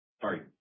sorry